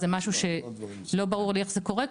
אז זה משהו שלא ברור לי איך זה קורה,